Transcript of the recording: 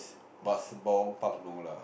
but Sembawang Park no lah